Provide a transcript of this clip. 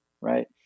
right